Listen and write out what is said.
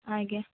ଆଜ୍ଞା